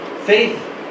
Faith